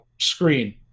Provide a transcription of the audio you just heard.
screen